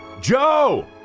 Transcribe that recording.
Joe